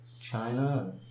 China